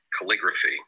calligraphy